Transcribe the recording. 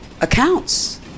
accounts